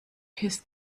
his